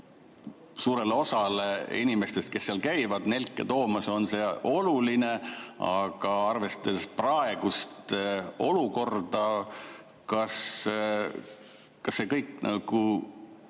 suurele osale inimestest, kes seal käivad nelke [viimas], on see oluline? Arvestades praegust olukorda, kas see kõik toimub?